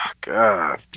God